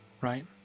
Right